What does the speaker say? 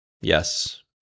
Yes